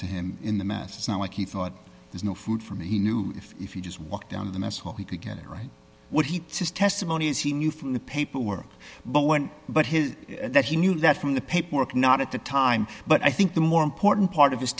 to him in the mass it's not like he thought there's no food for me he knew if you just walked down the mess hall he could get it right what he says testimony is he knew from the paperwork but when but his that he knew that from the paperwork not at the time but i think the more important part of his